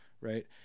Right